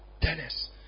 Dennis